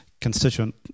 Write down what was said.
constituent